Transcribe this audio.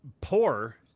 Poor